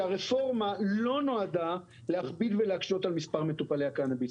שהרפורמה לא נועדה להכביד ולהקשות על מספרי מטופלי הקנביס.